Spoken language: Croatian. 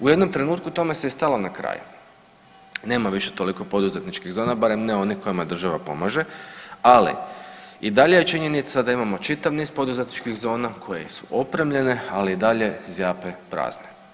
U jednom trenutku tome se stalo na kraj, nema više toliko poduzetničkih zona, barem ne onih kojima država pomaže, ali i dalje je činjenica da imamo čitav niz poduzetničkih zona koje su opremljene, ali i dalje zjape prazne.